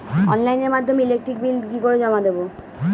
অনলাইনের মাধ্যমে electric bill কি করে জমা দেবো?